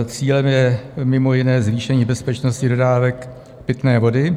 Cílem je mimo jiné zvýšení bezpečnosti dodávek pitné vody.